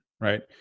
right